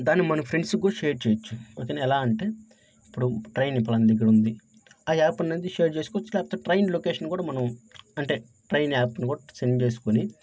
దాన్ని మన ఫ్రెండ్స్ కూడా షేర్ చేయొచ్చు ఒకేనా ఎలా అంటే ఇప్పుడు ట్రైన్ ఇ పలాన దగ్గర ఉంది ఆ యాప్ అనేది షేర్ చేసుకోవచ్చు కాకపోతే ట్రైన్ లొకేషన్ కూడా మనం అంటే ట్రైన్ యాప్ను కూడా సెండ్ చేసుకొని